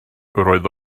roedd